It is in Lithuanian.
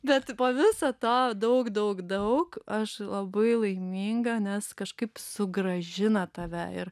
bet po viso to daug daug daug aš labai laiminga nes kažkaip sugrąžina tave ir